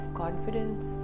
confidence